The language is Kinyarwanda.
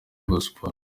gospel